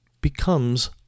becomes